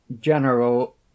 general